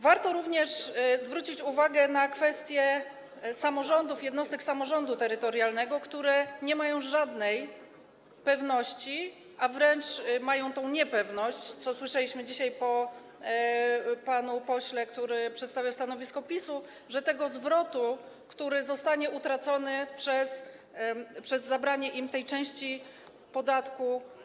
Warto również zwrócić uwagę na kwestię samorządów, jednostek samorządu terytorialnego, które nie mają żadnej pewności, a wręcz jest tu niepewność, co słyszeliśmy dzisiaj, jeśli chodzi o pana posła, który przedstawiał stanowisko PiS-u, co do zwrotu tego, co zostanie utracone przez zabranie im tej części podatku.